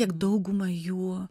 tik dauguma jų